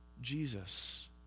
Jesus